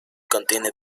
contiene